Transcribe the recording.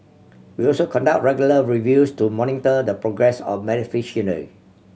we also conduct regular reviews to monitor the progress of beneficiary